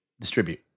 Distribute